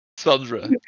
Sandra